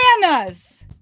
Bananas